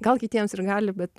gal kitiems ir gali bet